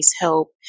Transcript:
help